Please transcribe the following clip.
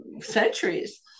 centuries